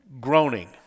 groaning